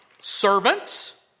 Servants